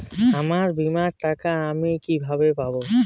আমার বীমার টাকা আমি কিভাবে পাবো?